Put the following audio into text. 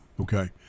okay